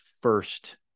first